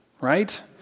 right